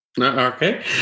Okay